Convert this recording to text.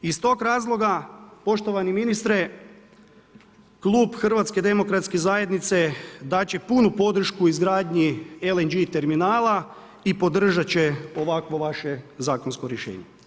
Iz tog razloga, poštovani ministre, Klub HDZ-a dati će punu podršku izgradnji LNG terminala i podržati će ovakvo vaše zakonsko rješenje.